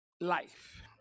life